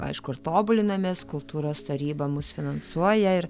aišku ir tobulinamės kultūros taryba mus finansuoja ir